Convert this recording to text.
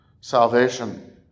salvation